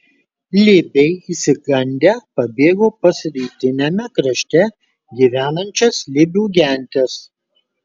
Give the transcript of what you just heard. libiai išsigandę pabėgo pas rytiniame krašte gyvenančias libių gentis